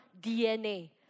DNA